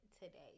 today